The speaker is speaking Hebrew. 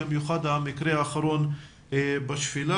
במיוחד המקרה האחרון בשפלה,